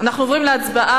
אנחנו עוברים להצבעה